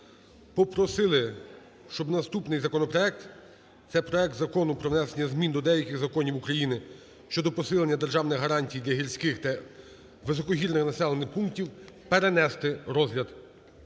попросили, щоб наступний законопроект - це проект Закону про внесення змін до деяких законів України щодо посилення державних гарантій для гірських та високогірних населених пунктів, - перенести розгляд.